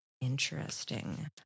Interesting